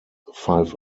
five